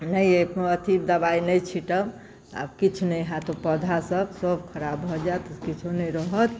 नहि अथि दवाइ नहि छीँटब आब किछु नहि होयत ओ पौधा सब सभ खराब भऽ जायत किछु नहि रहत